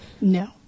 No